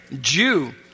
Jew